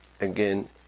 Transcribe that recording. again